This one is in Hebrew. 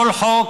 כל חוק,